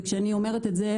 וכשאני אומרת את זה,